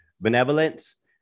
benevolence